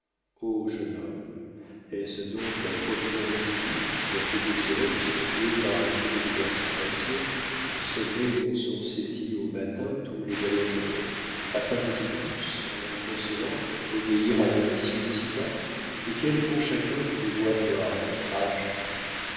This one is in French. jeune homme est-ce donc la providence divine qui m'a fait désirer de secouer par un peu d'exercice à pied le sommeil dont sont saisis au matin tous les voyageurs afin que je pusse en vous consolant obéir à ma mission ici-bas et quels grands chagrins pouvez-vous avoir à votre âge